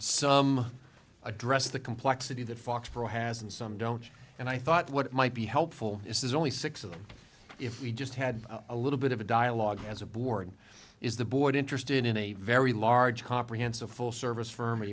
some address the complexity that foxboro has and some don't and i thought what might be helpful is there's only six of them if we just had a little bit of a dialogue as a board is the board interested in a very large comprehensive full service f